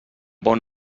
bon